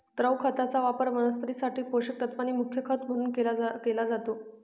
द्रव खताचा वापर वनस्पतीं साठी पोषक तत्वांनी युक्त खत म्हणून केला जातो